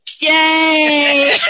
Yay